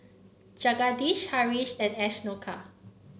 Jagadish Haresh and Ashoka